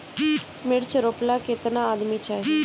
मिर्च रोपेला केतना आदमी चाही?